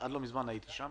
עד לא מזמן הייתי שם.